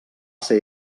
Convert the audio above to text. ser